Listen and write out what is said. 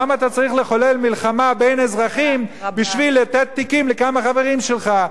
למה אתה צריך לחולל מלחמה בין אזרחים בשביל לתת תיקים לכמה חברים שלך?